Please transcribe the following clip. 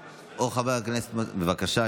בבקשה,